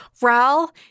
RAL